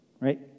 Right